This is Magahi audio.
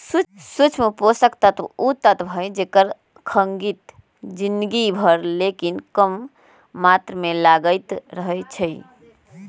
सूक्ष्म पोषक तत्व उ तत्व हइ जेकर खग्गित जिनगी भर लेकिन कम मात्र में लगइत रहै छइ